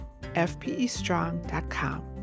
fpestrong.com